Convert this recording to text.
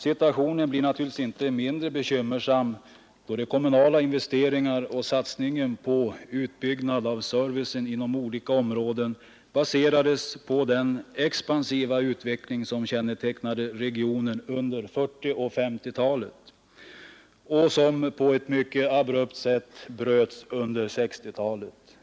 Situationen blir naturligtvis inte mindre bekymmersam, då de kommunala investeringarna och satsningen på utbyggnad av servicen inom olika områden baserades på den expansiva utveckling som kännetecknade regionen under 1940 och 1950-talen och som på ett mycket abrupt sätt bröts under 1960-talet.